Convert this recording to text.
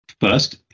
First